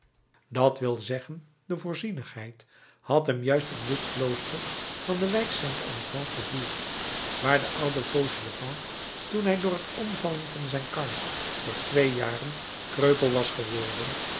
dat wil zeggen de voorzienigheid had hem juist in dit klooster van de wijk st antoine gevoerd waar de oude fauchelevent toen hij door t omvallen van zijn kar voor twee jaren kreupel was geworden